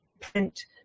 print